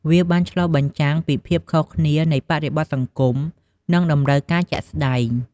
វាបានឆ្លុះបញ្ចាំងពីភាពខុសគ្នានៃបរិបទសង្គម និងតម្រូវការជាក់ស្តែង។